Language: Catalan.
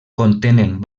contenen